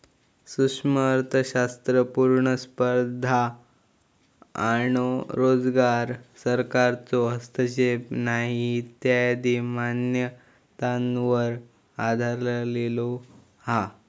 सूक्ष्म अर्थशास्त्र पुर्ण स्पर्धा आणो रोजगार, सरकारचो हस्तक्षेप नाही इत्यादी मान्यतांवर आधरलेलो हा